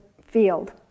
field